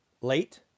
late